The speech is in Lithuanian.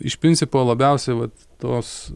iš principo labiausiai vat tos